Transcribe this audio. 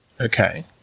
Okay